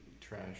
trash